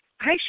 Hi